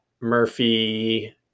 Murphy